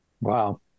Wow